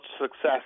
success